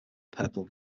purple